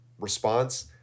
response